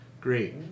Great